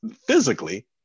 physically